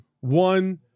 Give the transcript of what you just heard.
one